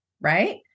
right